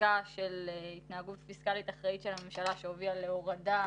מחיקה של התנהגות פיסקאלית אחראית של הממשלה שהובילה להורדה